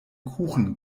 kuchen